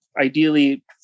ideally